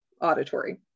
auditory